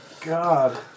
God